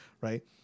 right